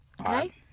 Okay